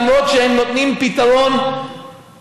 למרות שהם נותנים פתרון מיטבי,